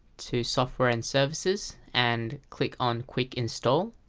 to software and services and click on quick install